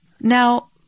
Now